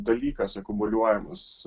dalykas akumuliuojamas